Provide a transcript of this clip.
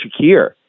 Shakir